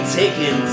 taken